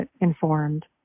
informed